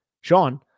Sean